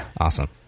Awesome